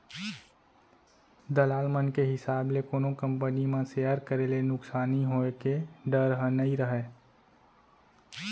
दलाल मन के हिसाब ले कोनो कंपनी म सेयर करे ले नुकसानी होय के डर ह नइ रहय